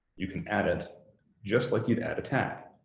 you can add it just like you'd add a tag.